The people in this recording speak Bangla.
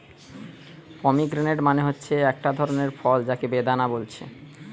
পমিগ্রেনেট মানে হচ্ছে একটা ধরণের ফল যাকে বেদানা বলছে